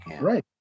Right